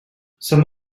some